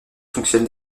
fonctionne